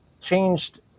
changed